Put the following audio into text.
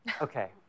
Okay